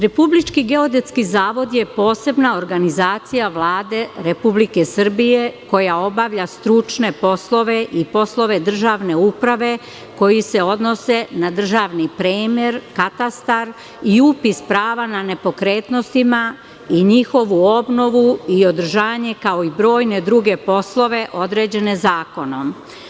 Republički geodetski zavod je posebna organizacija Vlade Republike Srbije koja obavlja stručne poslove i poslove državne uprave koji se odnose na državni premer, katastar i upis prava na nepokretnostima i njihovu obnovu i održanje, kao i brojne druge poslove određene zakonom.